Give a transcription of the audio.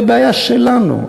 היא הבעיה שלנו.